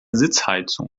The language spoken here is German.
sitzheizung